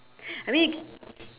I mean